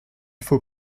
faut